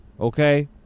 okay